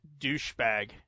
douchebag